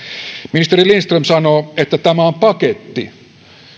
ministeri lindström sanoo että tämä on paketti